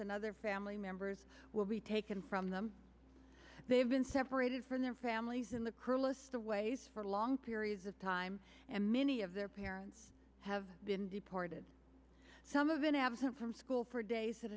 and other family members will be taken from them they've been separated from their families in the kurla stairways for long periods of time and many of their parents have been deported some of been absent from school for days at